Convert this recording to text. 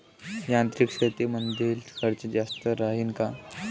यांत्रिक शेतीमंदील खर्च जास्त राहीन का?